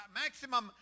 maximum